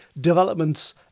developments